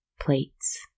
Plates